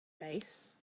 face